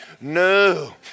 no